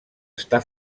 està